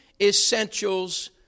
essentials